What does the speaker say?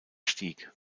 stieg